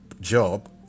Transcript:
job